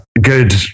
good